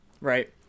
Right